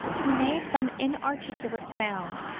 he made some inarticulate sound,